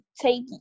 take